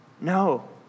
No